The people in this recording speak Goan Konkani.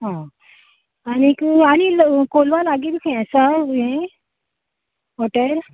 आं आनीक आनी कोलवा लागीं बी खंय यें आसा यें हाॅटेल